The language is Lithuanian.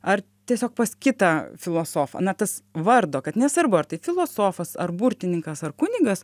ar tiesiog pas kitą filosofą na tas vardo kad nesvarbu ar tai filosofas ar burtininkas ar kunigas